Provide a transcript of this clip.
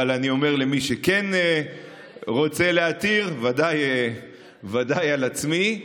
אבל אני אומר למי שכן רוצה להתיר, ודאי על עצמי.